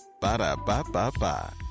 ba-da-ba-ba-ba